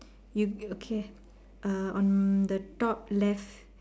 you you okay ah on the top left